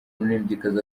umuririmbyikazi